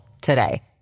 today